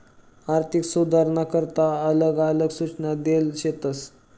आर्थिक सुधारसना करता आलग आलग सूचना देल शेतस